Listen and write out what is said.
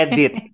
Edit